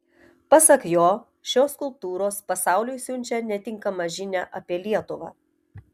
pasak jo šios skulptūros pasauliui siunčia netinkamą žinią apie lietuvą